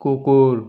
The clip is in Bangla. কুকুর